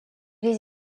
les